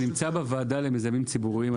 זה נמצא בוועדה למיזמים ציבוריים,